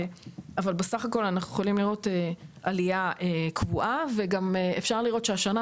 אבל בסך הכל אנחנו יכולים לראות עלייה קבועה וגם אפשר לראות שהשנה